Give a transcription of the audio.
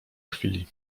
chwili